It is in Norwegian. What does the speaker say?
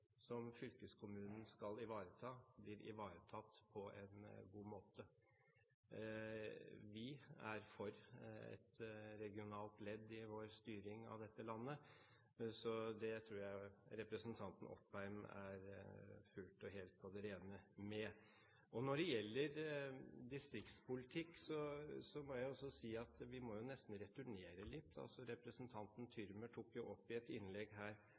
som fylkeskommunen skal ivareta, blir ivaretatt på en god måte. Vi er for et regionalt ledd i vår styring av dette landet, det tror jeg representanten Opheim er fullt og helt på det rene med. Når det gjelder distriktspolitikk, må jeg også si at vi må nesten returnere litt. Representanten Thürmer tok opp i et innlegg her